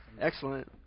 Excellent